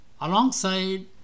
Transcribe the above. alongside